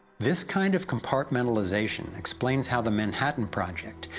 this kind of compartmentalisation explains how the manhattan project,